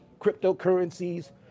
cryptocurrencies